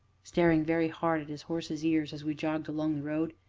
staring very hard at his horse's ears, as we jogged along the road.